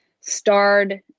starred